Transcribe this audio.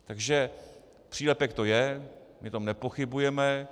Takže přílepek to je, my o tom nepochybujeme.